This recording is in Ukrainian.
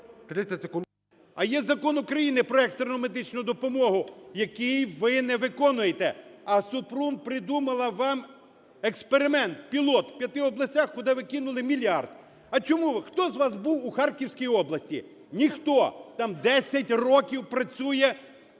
А є Закон України "Про екстрену медичну допомогу", який ви не виконуєте. А Супрун придумала вам експеримент - пілот в 5 областях, куди ви кинули мільярд. А чому, хто з вас був у Харківській області? Ніхто. Там 10 років працює